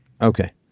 Okay